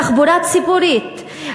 תחבורה ציבורית,